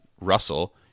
Russell